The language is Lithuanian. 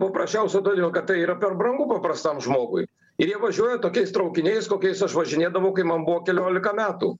paprasčiausia todėl kad tai yra per brangu paprastam žmogui ir jie važiuoja tokiais traukiniais kokiais aš važinėdavau kai man buvo keliolika metų